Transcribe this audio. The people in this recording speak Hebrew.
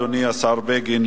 אדוני השר בגין,